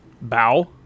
bow